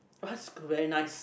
very nice